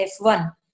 F1